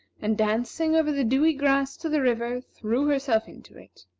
and dancing over the dewy grass to the river, threw herself into it.